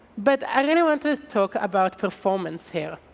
but i really want to talk about performance here.